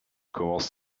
commence